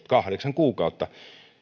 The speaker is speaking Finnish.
kahdeksan kuukautta